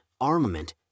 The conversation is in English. armament